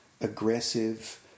aggressive